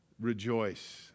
rejoice